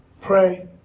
Pray